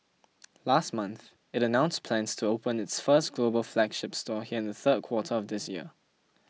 last month it announced plans to open its first global flagship store here in the third quarter of this year